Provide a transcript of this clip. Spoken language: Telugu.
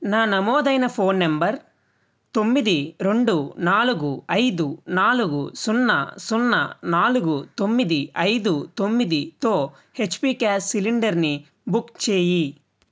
నా నమోదైన ఫోన్ నంబర్ తొమ్మిది రెండు నాలుగు ఐదు నాలుగు సున్నా సున్నా నాలుగు తొమ్మిది ఐదు తొమ్మిదితో హెచ్పీ గ్యాస్ సిలిండర్ని బుక్ చేయి